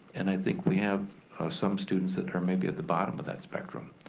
and i think we have some students that are maybe at the bottom of that spectrum.